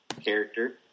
character